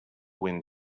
wind